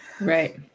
right